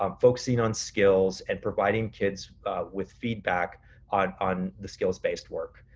um focusing on skills and providing kids with feedback on on the skills based work.